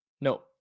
No